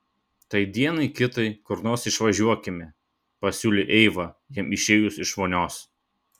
tai dienai kitai kur nors išvažiuokime pasiūlė eiva jam išėjus iš vonios